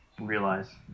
realize